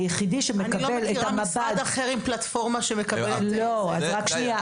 אני לא מכירה משרד אחר עם פלטפורמה שמקבלת --- הדבר